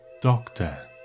doctor